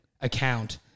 account